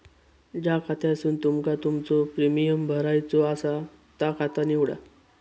ज्या खात्यासून तुमका तुमचो प्रीमियम भरायचो आसा ता खाता निवडा